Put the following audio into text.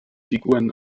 figuren